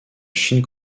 chine